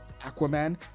Aquaman